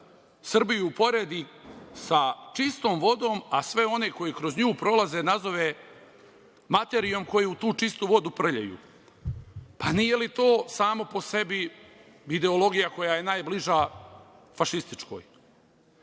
Srbiju uporedi sa čistom vodom, a sve oni koji kroz nju prolaze nazove materijom kojom tu čistu vodu prljaju. Nije li to samo po sebi ideologija koja je najbliža fašističkoj? Šta